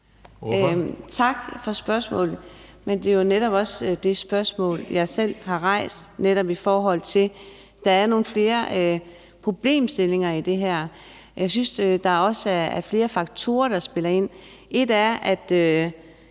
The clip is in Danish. Tak for spørgsmålet. Men det er jo også det spørgsmål, jeg selv har rejst, netop i forhold til at der er nogle flere problemstillinger i det her. Jeg synes også, der er flere faktorer, der spiller ind. Et er, om